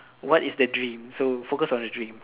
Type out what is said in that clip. what is the dream so focus on the dream